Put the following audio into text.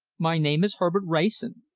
my name is herbert wrayson.